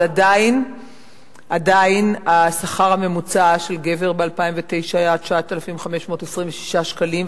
אבל עדיין השכר הממוצע של גבר ב-2009 היה 9,526 שקלים,